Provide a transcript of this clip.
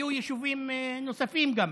והיו גם יישובים נוספים,